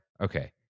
Okay